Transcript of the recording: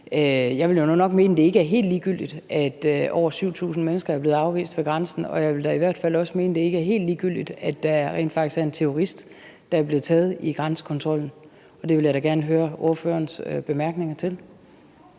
Jeg vil nu nok mene, at det ikke er helt ligegyldigt, at over 7.000 mennesker er blevet afvist ved grænsen, og jeg vil da i hvert fald også mene, at det ikke er helt ligegyldigt, at der rent faktisk er en terrorist, der er blevet taget i grænsekontrollen. Det vil jeg da gerne høre ordførerens bemærkninger til.